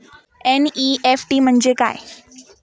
NEFT म्हणजे काय?